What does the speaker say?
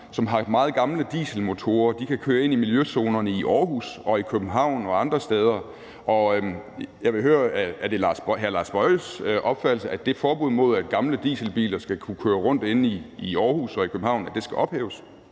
som har meget gamle dieselmotorer, kan køre ind i miljøzonerne i Aarhus og i København og andre steder. Jeg vil høre, om det er hr. Lars Boje Mathiesens opfattelse, at det forbud mod, at gamle dieselbiler skal kunne køre rundt inde i Aarhus og i København, skal ophæves.